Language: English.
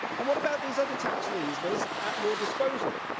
and what about these other tax levers at your disposal?